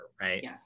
right